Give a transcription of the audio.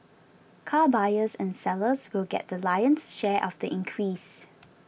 car buyers and sellers will get the lion's share of the increase